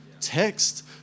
text